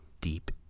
deep